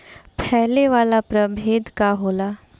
फैले वाला प्रभेद का होला?